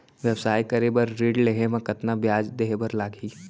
व्यवसाय करे बर ऋण लेहे म कतना ब्याज देहे बर लागही?